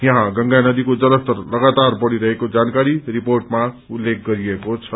यहाँ गंगा नदीको जलस्तर लगातार बढ़िरहेको जानकारी रिपोर्टमा दिइएको छ